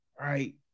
right